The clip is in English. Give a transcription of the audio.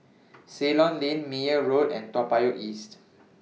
Ceylon Lane Meyer Road and Toa Payoh East